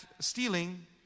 stealing